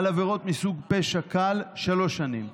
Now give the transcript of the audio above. על עבירות מסוג פשע קל, שלוש שנים,